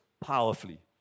powerfully